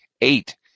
Eight